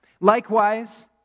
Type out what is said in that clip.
Likewise